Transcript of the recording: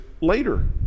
later